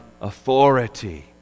authority